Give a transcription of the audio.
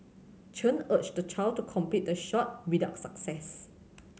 Chen urged the child to complete the shot without success